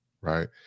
right